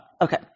okay